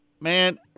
Man